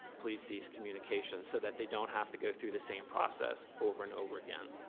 please cease communications, so that they don't have to go through the same process over and over again.